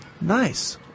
Nice